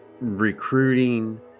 recruiting